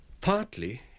partly